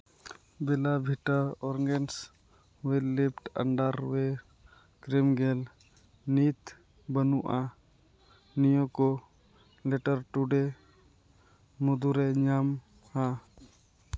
ᱵᱮᱞᱟ ᱵᱷᱤᱴᱟ organic eyelift under eye cream gel ᱱᱤᱛ ᱵᱟᱹᱱᱩᱜᱼᱟ ᱱᱤᱭᱟᱹ ᱠᱚ ᱞᱮᱴᱟᱨ ᱴᱩ ᱰᱮ ᱢᱩᱫᱽᱨᱮ ᱧᱟᱢᱚᱜᱼᱟ